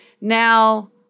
now